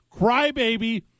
crybaby